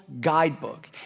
guidebook